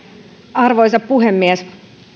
arvoisa puhemies